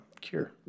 Cure